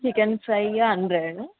chicken fry hundred